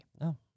No